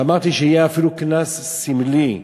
ואמרתי, שיהיה אפילו קנס סמלי.